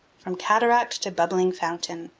from cataract to bubbling fountain.